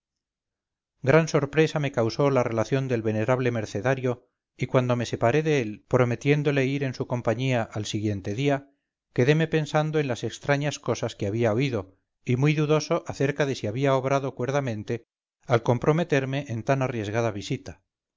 gran sorpresa me causó la relación del venerable mercenario y cuando me separé de él prometiéndole ir en su compañía al siguiente día quedeme pensando en las extrañas cosas que había oído y muy dudoso acerca de si había obrado cuerdamente al comprometerme en tan arriesgada visita